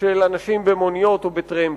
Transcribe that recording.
של אנשים במוניות או בטרמפים.